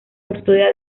custodia